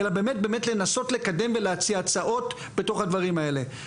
אלא גם באמת לנסות לקדם ולהציע הצעות בתוך הדברים האלה.